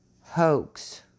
Hoax